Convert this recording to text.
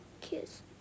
kiss